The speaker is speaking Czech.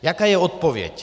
Jaká je odpověď?